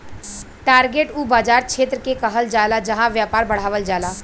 target उ बाज़ार क्षेत्र के कहल जाला जहां व्यापार बढ़ावल जाला